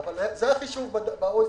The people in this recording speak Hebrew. אבל זה החישוב ב-OECD.